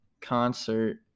concert